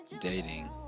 dating